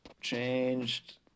changed